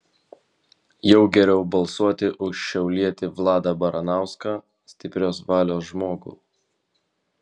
jau geriau balsuoti už šiaulietį vladą baranauską stiprios valios žmogų